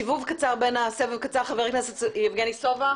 סבב קצר ואני אסכם, חבר הכנסת יבגני סובה.